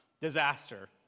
disaster